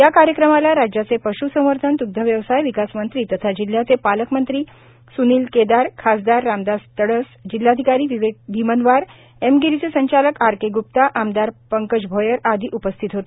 या कार्यक्रमाला राज्याचे पश्संवर्धन द्ग्धव्यवसाय विकास मंत्री तथा जिल्ह्याचे पालकमंत्री स्नील केदार खासदार रामदास तडस जिल्हाधिकारी विवेक भीमनवार एमगिरीचे संचालक आर के ग्प्ता आमदार पंकज भोयर आदि उपस्थित होते